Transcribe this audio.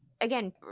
again